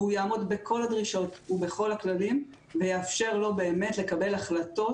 הוא יעמוד בכל הדרישות ובכל הכללים ויאפשר לו לקבל החלטות,